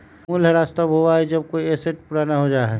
मूल्यह्रास तब होबा हई जब कोई एसेट पुराना हो जा हई